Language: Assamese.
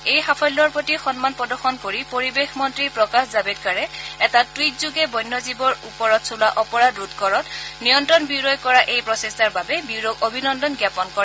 এই সাফল্যৰ প্ৰতি সন্মান প্ৰদৰ্শন কৰি পৰিৱেশ মন্ত্ৰী প্ৰকাশ জাভড়েকাৰে এটা টুইট যোগে বন্য জীৱৰ ওপৰত চলোৱা অপৰাধ ৰোধকৰণত নিয়ন্ত্ৰণ ব্যুৰই কৰা এই প্ৰচেষ্টাৰ বাবে ব্যুৰক অভিনন্দন জ্ঞাপন কৰে